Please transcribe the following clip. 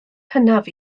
hynaf